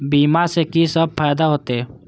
बीमा से की सब फायदा होते?